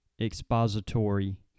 expository